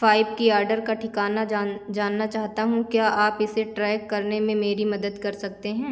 five के order का ठिकाना जान जानना चाहता हूँ क्या आप इसे ट्रैक करने में मेरी मदद कर सकते हैं